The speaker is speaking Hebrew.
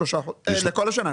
לכל השנה.